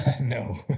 No